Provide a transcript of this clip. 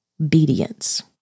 obedience